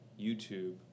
YouTube